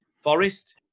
Forest